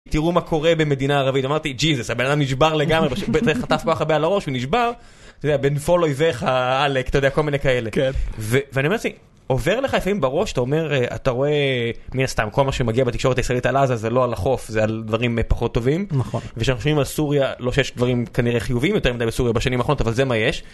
תראו מה קורה במדינה ערבית אמרתי ג'יזס הבן אדם נשבר לגמרי, חטף כל כך הרבה על הראש ונשבר. בנפול אויבך עלק, אתה יודע, כל מיני כאלה. ואני אומר לעצמי: עובר לך לפעמים בראש אתה אומר אתה רואה מן הסתם כל מה שמגיע בתקשורת הישראלית על עזה, זה לא על החוף זה על דברים פחות טובים. ושחושבים על סוריה, לא שיש דברים כנראה חיובים יותר מדי בסוריה בשנים האחרונות אבל זה מה יש.